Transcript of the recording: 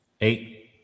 eight